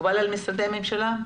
מקובל על משרדי הממשלה?